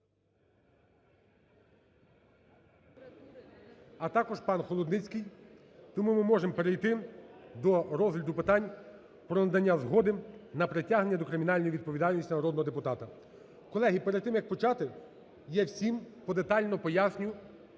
а також пан Холодницький. Тому ми можемо перейти до розгляду питань про надання згоди на притягнення до кримінальної відповідальності народного депутата. Колеги, перед тим як почати я всім подетально поясню,